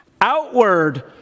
Outward